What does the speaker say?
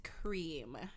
cream